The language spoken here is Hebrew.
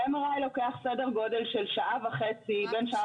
היא אמא לילד בן חמש,